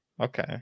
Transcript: okay